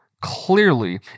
Clearly